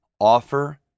Offer